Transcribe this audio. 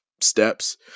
steps